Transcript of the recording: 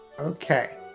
Okay